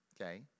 okay